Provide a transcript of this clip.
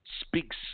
speaks